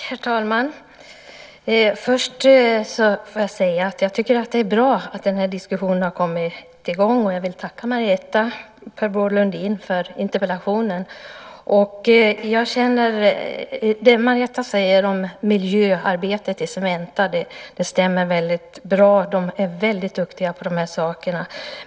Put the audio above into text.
Herr talman! Först får jag säga att jag tycker att det är bra att den här diskussionen har kommit i gång. Jag vill tacka Marietta de Pourbaix-Lundin för interpellationen. Det Marietta säger om miljöarbetet i Cementa stämmer mycket bra. De är väldigt duktiga på de här sakerna.